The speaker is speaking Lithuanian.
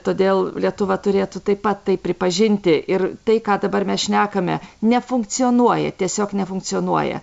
todėl lietuva turėtų taip pat tai pripažinti ir tai ką dabar mes šnekame nefunkcionuoja tiesiog nefunkcionuoja